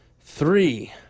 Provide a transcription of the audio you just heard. Three